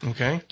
Okay